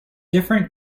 different